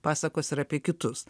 pasakos ir apie kitus